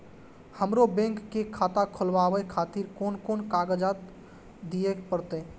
हमरो बैंक के खाता खोलाबे खातिर कोन कोन कागजात दीये परतें?